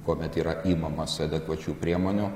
kuomet yra imamasi adekvačių priemonių